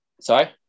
Sorry